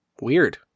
Weird